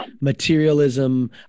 materialism